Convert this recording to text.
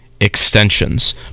extensions